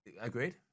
Agreed